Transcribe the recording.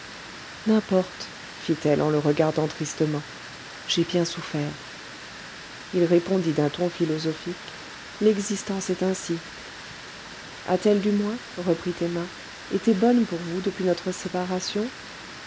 n'importe fit-elle en le regardant tristement j'ai bien souffert il répondit d'un ton philosophique l'existence est ainsi a-t-elle du moins reprit emma été bonne pour vous depuis notre séparation